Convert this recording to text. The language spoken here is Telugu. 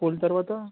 స్కూల్ తర్వాత